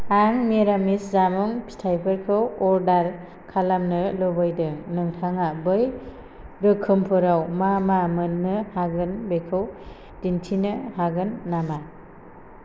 आं निरामिस जामुं फिथाइफोरखौ अर्डार खालामनो लुबैदों नोंथाङा बै रोखोमफोराव मा मा मोन्नो हागोन बेखौ दिन्थिनो हागोन नामा